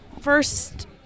first